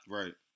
right